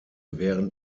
während